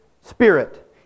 Spirit